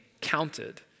counted